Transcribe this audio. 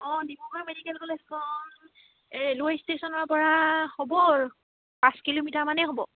অঁ ডিব্ৰুগড় মেডিকেল কলেজখন এই ৰেলৱে ষ্টেচনৰ পৰা হ'ব আৰু পাঁচ কিলোমিটাৰ মানে হ'ব